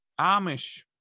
Amish